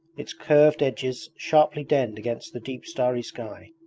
its curved edges sharply denned against the deep starry sky.